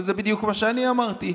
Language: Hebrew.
וזה בדיוק כמו שאני אמרתי.